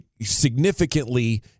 significantly